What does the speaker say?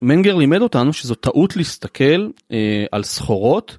מנגר לימד אותנו שזו טעות להסתכל על סחורות.